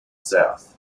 south